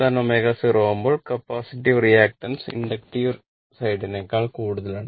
ω ω0 ആകുമ്പോൾ capacitive reactance inductive സൈഡിനേക്കാൾ കൂടുതലാണ്